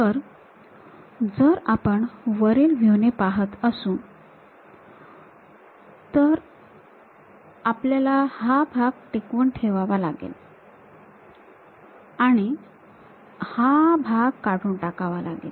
तर जर आपण वरील व्ह्यू ने पाहत असू तर आपल्याला हा भाग टिकवून ठेवावा लागेल आणि हा भाग काढून टाकावा लागेल